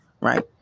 right